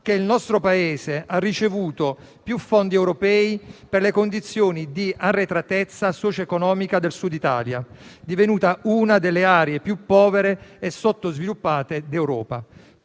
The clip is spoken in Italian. Il nostro Paese ha ricevuto più fondi europei per le condizioni di arretratezza socioeconomica in cui versa il Sud Italia, divenuta una delle aree più povere e sottosviluppate d'Europa.